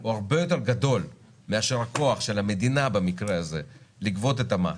הוא הרבה יותר גדול מאשר הכוח של המדינה במקרה הזה לגבות את המס.